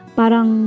parang